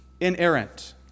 inerrant